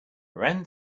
ran